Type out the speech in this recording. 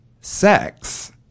sex